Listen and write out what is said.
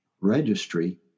registry